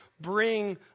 bring